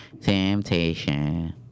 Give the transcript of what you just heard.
Temptation